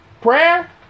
prayer